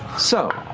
so,